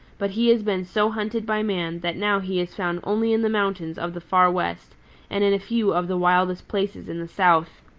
but he has been so hunted by man that now he is found only in the mountains of the far west and in a few of the wildest places in the south.